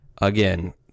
Again